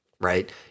right